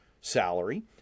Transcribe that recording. salary